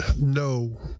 No